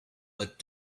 but